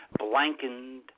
Blankened